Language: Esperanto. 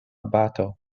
bato